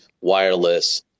wireless